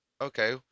okay